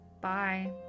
Bye